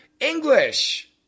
English